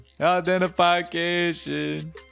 Identification